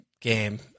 game